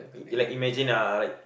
like imagine ah like